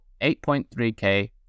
$8.3k